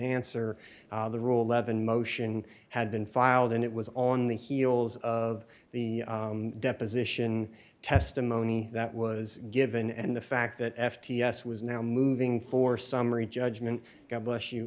answer the rule eleven motion had been filed and it was on the heels of the deposition testimony that was given and the fact that f t s was now moving for summary judgment god bless you